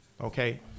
okay